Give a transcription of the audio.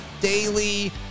daily